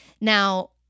Now